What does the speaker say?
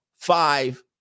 five